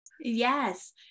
yes